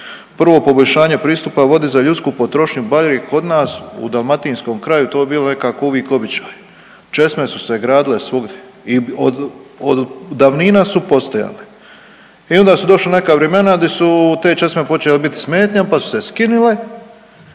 Prvo poboljšanje pristupa vodi za ljudsku potrošnju bar bi kod nas u dalmatinskom kraju to bilo nekako uvik običaj, česme su se gradile svugdje i od, od davnina su postojale, e onda su došla neka vrimena di su te česme počele bit smetnja, pa su se skinile.